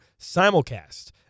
simulcast